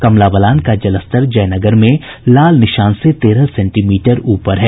कमला बलान का जलस्तर जयनगर में लाल निशान से तेरह सेंटीमीटर ऊपर है